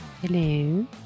Hello